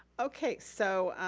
okay, so